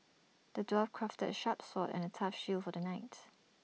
the dwarf crafted A sharp sword and A tough shield for the knights